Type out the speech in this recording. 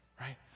Right